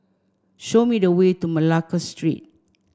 show me the way to Malacca Street